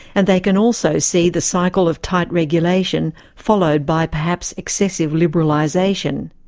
and they can also see the cycle of tight regulation followed by perhaps excessive liberalisation.